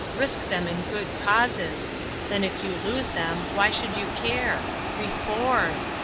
risk them in good causes then if you lose them, why should you care? reform!